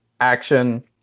action